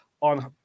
On